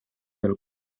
del